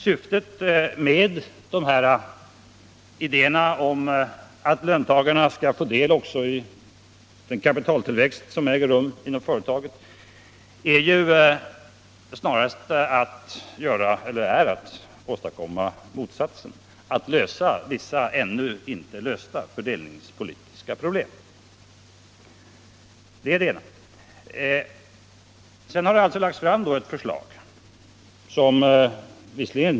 Syftet med idén att löntagarna skall få del av den kapitaltillväxt som äger rum inom företaget är ju också att åstadkomma motsatsen, alltså att lösa vissa ännu inte lösta fördelningspolitiska problem. Det är det ena.